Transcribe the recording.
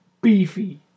beefy